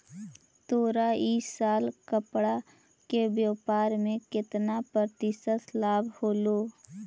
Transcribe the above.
तोरा इ साल कपड़ा के व्यापार में केतना प्रतिशत लाभ होलो?